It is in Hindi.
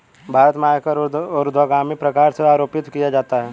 भारत में आयकर ऊर्ध्वगामी प्रकार से आरोपित किया जाता है